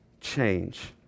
change